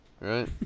right